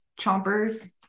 chompers